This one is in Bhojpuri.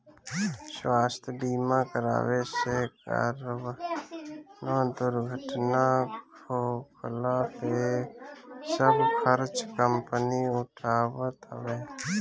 स्वास्थ्य बीमा करावे से कवनो दुर्घटना होखला पे सब खर्चा कंपनी उठावत हवे